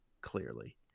clearly